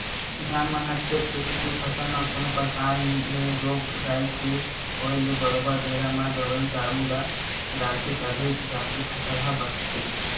किसान मन ह खेत कोती के फसल म कोनो परकार ले रोग राई के होय ले बरोबर बेरा म दवई दारू ल डालथे तभे जाके फसल ह बचथे